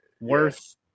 worth